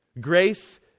Grace